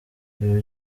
ibi